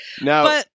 Now